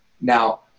Now